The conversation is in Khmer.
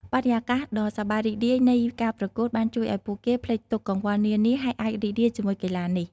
បរិយាកាសដ៏សប្បាយរីករាយនៃការប្រកួតបានជួយឱ្យពួកគេភ្លេចទុក្ខកង្វល់នានាហើយអាចរីករាយជាមួយកីឡានេះ។